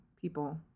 people